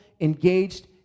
engaged